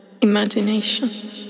imagination